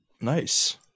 Nice